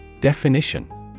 Definition